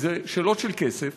כי זה שאלות של כסף,